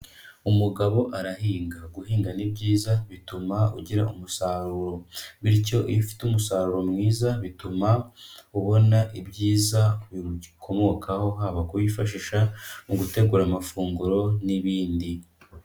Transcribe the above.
Umugabo arahinga, guhinga ni byiza bituma ugira umusaruro, bityo iyo ufite umusaruro mwiza bituma ubona ibyiza biwukomokaho haba kufashisha mu gutegura amafunguro n'ibindi.